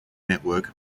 network